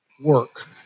work